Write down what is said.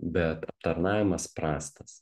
bet aptarnavimas prastas